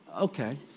Okay